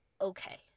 okay